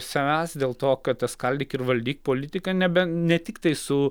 savęs dėl to kad ta skaldyk ir valdyk politika nebe ne tiktai su